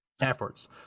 Efforts